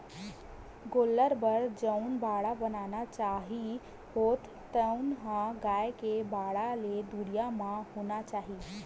गोल्लर बर जउन बाड़ा बनाना चाही होथे तउन ह गाय के बाड़ा ले दुरिहा म होना चाही